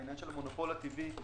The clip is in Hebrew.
לעניין המונופול הטבעי,